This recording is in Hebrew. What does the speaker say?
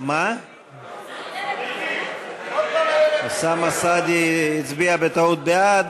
אוסאמה סעדי הצביע בטעות בעד,